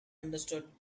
understood